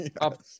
up